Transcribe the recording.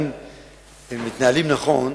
אם מתנהלים נכון,